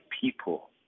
people